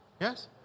Yes